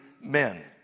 men